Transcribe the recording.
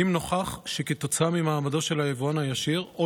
אם נוכח שכתוצאה ממעמדו של היבואן הישיר או